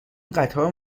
قطار